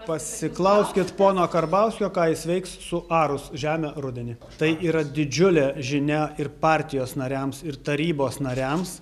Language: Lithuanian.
pasiklauskit pono karbauskio ką jis veiks suarus žemę rudenį tai yra didžiulė žinia ir partijos nariams ir tarybos nariams